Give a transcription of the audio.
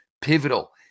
pivotal